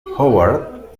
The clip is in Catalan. howard